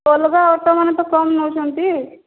ଅଲଗା ଅଟୋମାନେ ତ କମ୍ ନେଉଛନ୍ତି